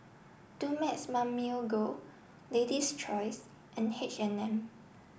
Dumex Mamil Gold lady's choice and H and M